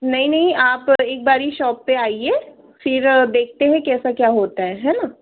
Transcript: नहीं नहीं आप एक बारी शॉप पर आइए फ़िर देखते हैं कैसा क्या होता है है ना